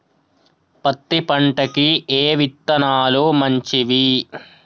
పత్తి పంటకి ఏ విత్తనాలు మంచివి?